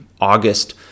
august